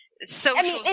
social